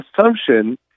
assumption